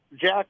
Jack